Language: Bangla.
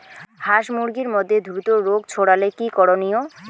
হাস মুরগির মধ্যে দ্রুত রোগ ছড়ালে কি করণীয়?